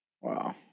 Wow